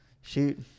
shoot